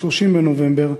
30 בנובמבר,